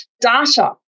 data